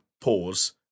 pause